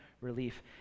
relief